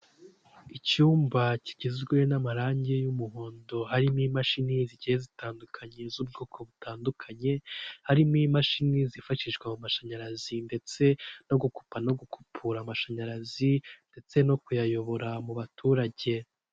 Icyumba kigizwe n'amarange y'umuhondo, harimo imashini zigiye zitandukanye z'ubwoko butandukanye, harimo imashini zifashishwa mu mashanyarazi ndetse no gukupa no gukupura amashanyarazi ndetse no kuyayobora mu baturage.